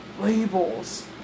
labels